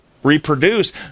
reproduce